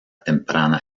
temprana